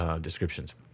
descriptions